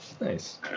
Nice